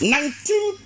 Nineteen